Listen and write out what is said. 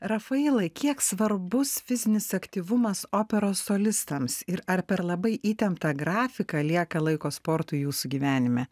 rafailai kiek svarbus fizinis aktyvumas operos solistams ir ar per labai įtemptą grafiką lieka laiko sportui jūsų gyvenime